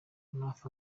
north